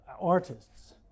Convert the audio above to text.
artists